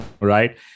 right